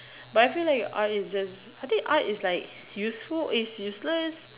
but I feel like art is just I think art is like useful it's useless